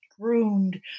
groomed